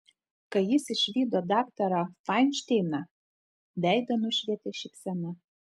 kai jis išvydo daktarą fainšteiną veidą nušvietė šypsena